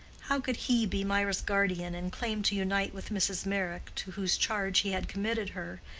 how could he be mirah's guardian and claim to unite with mrs. meyrick, to whose charge he had committed her,